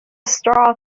straw